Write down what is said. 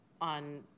on